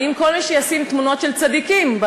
האם כל מי שישים תמונות של צדיקים על